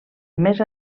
més